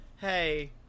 Hey